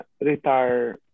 retire